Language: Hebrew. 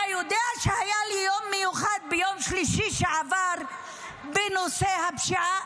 אתה יודע שהיה לי יום מיוחד ביום שלישי שעבר בנושא הפשיעה?